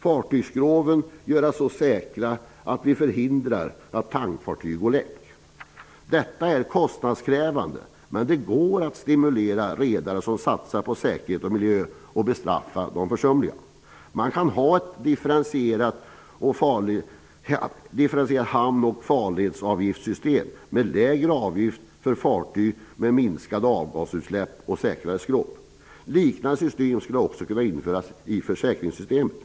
Fartygsskroven måste göras så säkra att tankfartyg förhindras att gå läck. Detta är kostnadskrävande, men det går att stimulera de redare som satsar på säkerhet och miljö och att bestraffa dem som är försumliga. Man kan ha ett differentierat hamn och farledsavgiftssystem med lägre avgifter för fartyg med minskade avgasutsläpp och säkrare skrov. Liknande system skulle också kunna införas i försäkringssystemet.